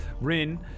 Rin